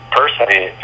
personally